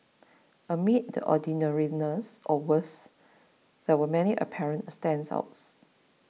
amid the ordinariness or worse there were many apparent standouts